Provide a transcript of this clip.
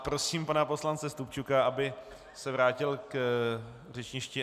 Prosím pana poslance Stupčuka, aby se vrátil k řečništi.